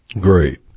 Great